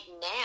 now